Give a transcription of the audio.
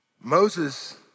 Moses